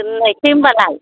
दोननायसै होमब्लालाय